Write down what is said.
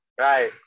Right